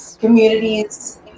communities